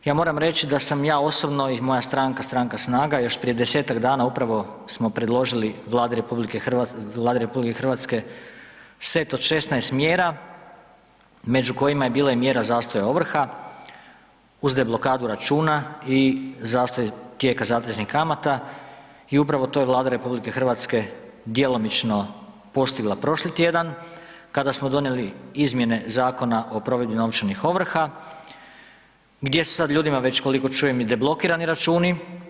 Ja moram reći da sam ja osobno i moja stranka, stranka SNAGA još prije desetak dana upravo smo predložili Vladi RH set od 16 mjera među kojima je bila i mjera zastoja ovrha, uz deblokadu računa i zastoj tijeka zateznih kamata i upravo to je Vlada RH djelomično postigla prošli tjedan kada smo donijeli izmjene Zakona o provedbi novčanih ovrha gdje su sada ljudima već koliko čujem i deblokirani računi.